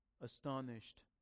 astonished